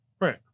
Right